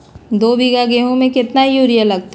दो बीघा गेंहू में केतना यूरिया लगतै?